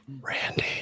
Randy